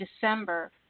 December